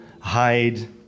hide